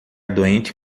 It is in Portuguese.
doente